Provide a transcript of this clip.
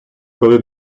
коли